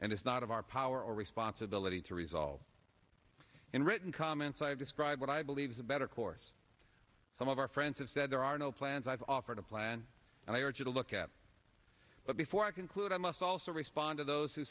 and it's not of our power or responsibility to resolve and written comments i've described what i believe is a better course some of our friends have said there are no plans i've offered a plan and i urge you to look at but before i conclude i must also respond to those who